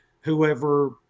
whoever